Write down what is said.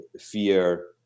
fear